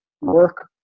work